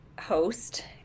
host